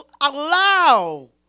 allow